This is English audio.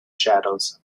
shadows